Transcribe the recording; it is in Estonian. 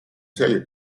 selge